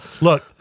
look